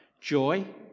joy